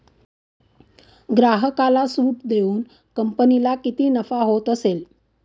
ग्राहकाला सूट देऊन कंपनीला किती नफा होत असेल